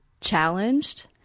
challenged